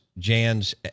Jan's